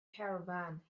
caravan